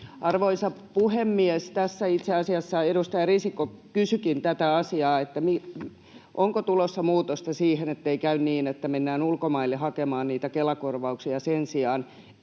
Arvoisa puhemies! Tässä itse asiassa edustaja Risikko kysyikin tätä asiaa, onko tulossa muutosta siihen, että ei käy niin, että mennään ulkomaille hakemaan niitä Kela-korvauksia sen sijaan,